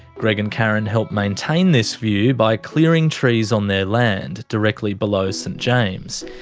greg and karen help maintain this view by clearing trees on their land, directly below st james.